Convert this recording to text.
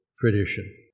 tradition